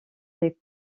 des